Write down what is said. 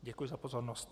Děkuji za pozornost.